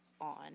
on